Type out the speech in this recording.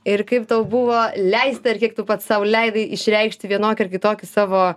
ir kaip tau buvo leista ir kiek tu pats sau leidai išreikšti vienokį ar kitokį savo